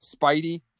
Spidey